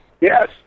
Yes